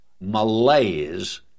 malaise